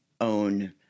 own